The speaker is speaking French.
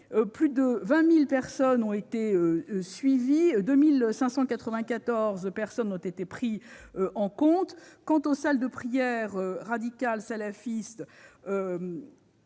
plus de 20 000 personnes ont été suivies et 2 594 prises en compte. Quant aux salles de prières radicales salafistes,